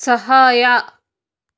ಸಹಾಯ